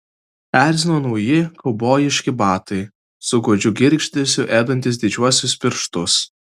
erzino nauji kaubojiški batai su godžiu girgždesiu ėdantys didžiuosius pirštus